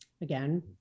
again